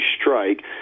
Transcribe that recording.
strike